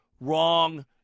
wrong